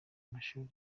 amashuri